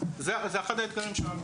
זה אחד האתגרים שלנו,